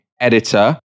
editor